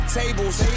tables